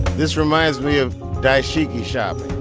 this reminds me of dashiki shopping